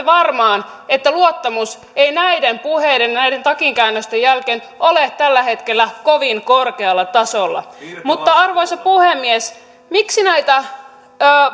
varmaan että luottamus ei näiden puheiden näiden takinkäännösten jälkeen ole tällä hetkellä kovin korkealla tasolla mutta arvoisa puhemies miksi näitä